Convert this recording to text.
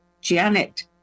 Janet